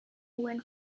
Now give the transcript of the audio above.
went